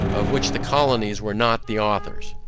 of which the colonies were not the authors.